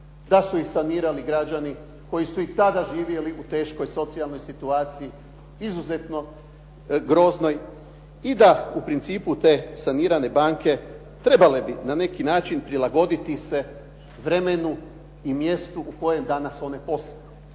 da su ih sanirali građani koji su i tada živjeli u teškoj socijalnoj situaciji izuzetno groznoj i da u principu te sanirane banke trebale bi na neki način prilagoditi se vremenu i mjestu u kojem danas one posluju